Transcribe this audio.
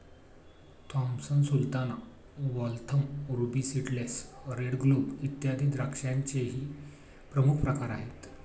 Thompson sultana, Waltham, ruby seedless, red globe, इत्यादी द्राक्षांचेही प्रमुख प्रकार आहेत